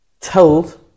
told